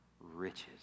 riches